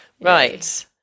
Right